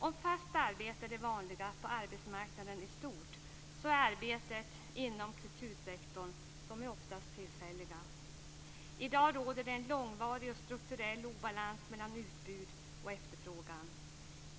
Om fast arbete är det vanliga på arbetsmarknaden i stort, så är arbeten inom kultursektorn oftast tillfälliga. I dag råder en långvarig och strukturell obalans mellan utbud och efterfrågan.